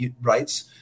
rights